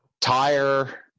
tire